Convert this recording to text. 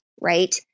right